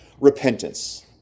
repentance